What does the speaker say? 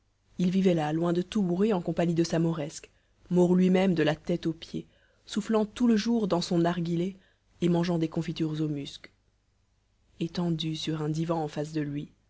il vivait là loin de tout bruit en compagnie de sa mauresque maure lui-même de la tête aux pieds soufflant tout le jour dans son narghilé et mangeant des confitures au musc étendue sur un divan en face de lui